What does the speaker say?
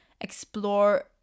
explore